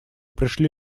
пришли